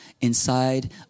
inside